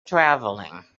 travelling